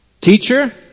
Teacher